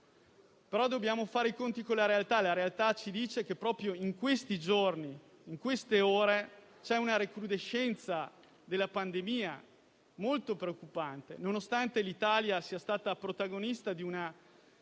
però fare i conti con la realtà che ci dice che, proprio in questi giorni e in queste ore, c'è una recrudescenza della pandemia molto preoccupante, nonostante l'Italia sia stata protagonista di una